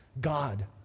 God